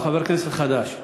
הוא חבר כנסת חדש.